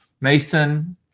Mason